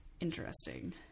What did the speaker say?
interesting